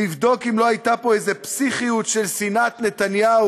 לבדוק אם לא הייתה פה איזו פסיכיות של שנאת נתניהו,